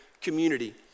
community